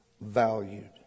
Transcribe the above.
valued